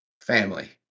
family